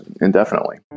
indefinitely